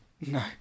No